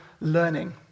learning